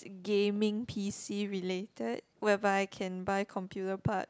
gaming p_c related whereby I can buy computer part